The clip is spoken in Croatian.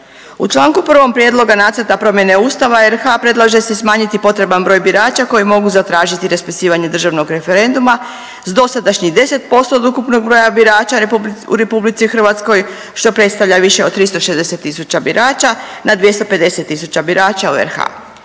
U čl. 1. Prijedloga Nacrta promjene Ustava RH predlaže se smanjiti potreban broj birača koji mogu zatražiti raspisivanje državnog referenduma s dosadašnjih 10% od ukupnog broja birača u RH, što predstavlja više od 360 tisuća birača, na 250 tisuća birača u RH.